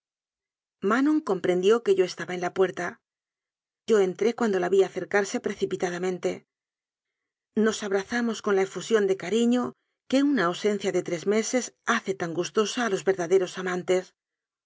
manon comprendió que yo estaba en la puerta yo entré cuando la vi acercarse precipitadamente nos abrazamos con la efusión de cariño que una au sencia de tres meses hace tan gustosa a los ver daderos amantes